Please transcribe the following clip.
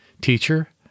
Teacher